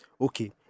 Okay